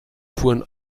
fuhren